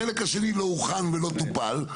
החלק השני לא הוכן ולא טופל,